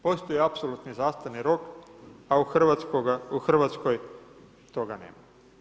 Postoji apsolutni zastarni rok, a u Hrvatskoj toga nema.